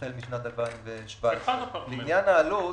החל משנת 2017. לעניין העלות,